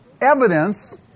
Evidence